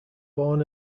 born